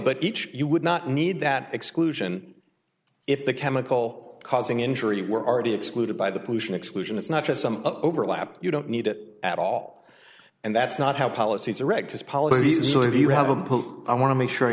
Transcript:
but each you would not need that exclusion if the chemical causing injury were already excluded by the pollution exclusion it's not just some overlap you don't need it at all and that's not how policies